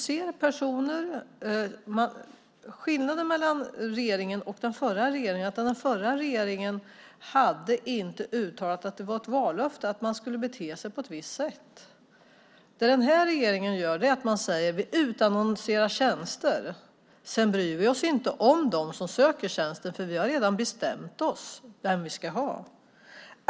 Skillnaden mellan den här regeringen och den förra regeringen är att den förra regeringen inte hade uttalat som ett vallöfte att man skulle bete sig på ett visst sätt. Den här regeringen säger: Vi utannonserar tjänster, sedan bryr vi oss inte om dem som söker tjänsten, för vi har redan bestämt oss för vem vi ska ha.